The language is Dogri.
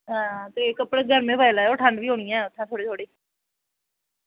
ते कपड़े भी गर्म बी पाई लैयो ठंड बी होनी थोह्ड़ी थोह्ड़ी